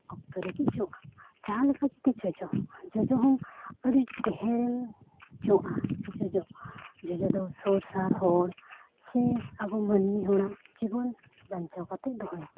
ᱚᱠᱛᱚ ᱨᱮᱜᱮ ᱡᱚᱜᱼᱟ ᱡᱟᱦᱟᱸᱞᱮᱠᱟ ᱡᱩᱫᱤ ᱡᱚᱡᱚ ᱡᱚᱡᱚ ᱦᱚᱸ ᱟᱹᱰᱤ ᱰᱷᱮᱨ ᱡᱚᱜᱼᱟ ᱡᱚᱡᱚ ᱫᱚ ᱥᱳᱨ ᱥᱟᱦᱟᱨ ᱦᱚᱲ ᱥᱮ ᱟᱵᱚ ᱢᱟᱹᱱᱢᱤ ᱦᱚᱲᱟᱜ ᱡᱤᱵᱚᱱ ᱵᱟᱧᱪᱟᱣ ᱠᱟᱛᱮᱫ ᱫᱚᱦᱚᱭᱟᱭ